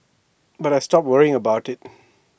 but I stopped worrying about IT